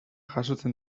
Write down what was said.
jasotzen